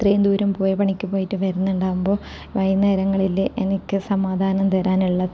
ഇത്രയും ദൂരം പോയ പണിക്ക് പോയിട്ട് വരുന്നുണ്ടാകുമ്പോൾ വൈകുന്നേരങ്ങളിൽ എനിക്ക് സമാധാനം തരാനുള്ള